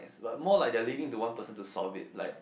but more like they are leaving to one person to solve it like